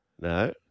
No